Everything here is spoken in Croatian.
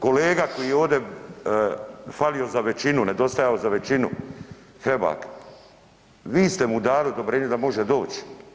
Kolega koji je ovde falio za većinu, nedostajalo je za većinu Hrebak, vi ste mu dali odobrenje da može doći.